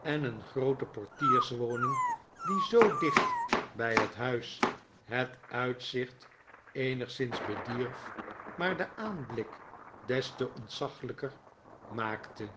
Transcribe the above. en een groote portierswoning die zoo dicht bij het huis het uitzicht eenigszins bedierf maar de aanblik des te ontzaglijker maakte